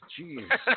Jeez